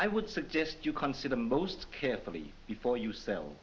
i would suggest you consider most carefully before you sell